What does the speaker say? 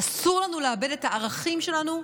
אסור לנו לאבד את הערכים שלנו.